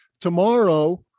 tomorrow